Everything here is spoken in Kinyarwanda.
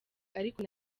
ariko